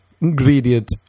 ingredient